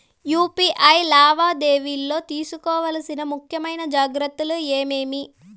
UPI లావాదేవీలలో తీసుకోవాల్సిన ముఖ్యమైన జాగ్రత్తలు ఏమేమీ?